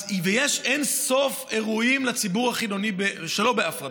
ויש אין-סוף אירועים לציבור החילוני שלא בהפרדה.